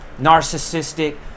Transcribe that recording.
narcissistic